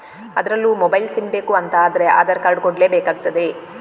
ಅದ್ರಲ್ಲೂ mobile sim ಬೇಕು ಅಂತ ಆದ್ರೆ ಆಧಾರ್ ಕಾರ್ಡ್ ಕೊಡ್ಲೇ ಬೇಕಾಗ್ತದೆ